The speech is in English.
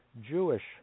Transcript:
Jewish